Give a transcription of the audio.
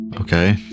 Okay